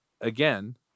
again